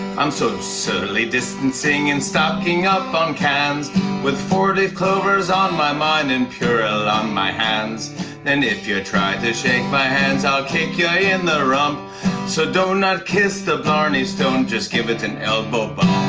i'm so socially distancing and stocking up on cans with four-leaf clovers on my mind and purell on my hands and if you try to shake my hands i'll kick ya in the rump so do not kiss the blarney stone just give it an elbow